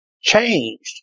changed